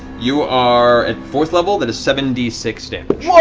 you are at fourth level, that is seven d six damage. yeah